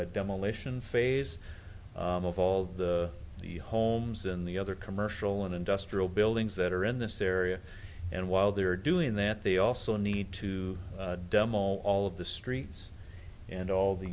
demolition phase of all the the homes and the other commercial and industrial buildings that are in this area and while they're doing that they also need to demo all of the streets and all the